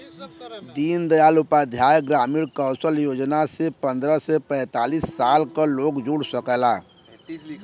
दीन दयाल उपाध्याय ग्रामीण कौशल योजना से पंद्रह से पैतींस साल क लोग जुड़ सकला